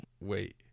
wait